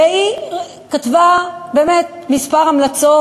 והיא כתבה באמת כמה המלצות,